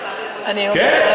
כן, אני יכול להסכים.